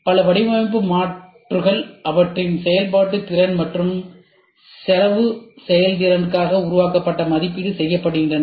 எனவே பல வடிவமைப்பு மாற்றுகள் அவற்றின் செயல்பாட்டு திறன் மற்றும் செலவு செயல்திறனுக்காக உருவாக்கப்பட்டு மதிப்பீடு செய்யப்படுகின்றன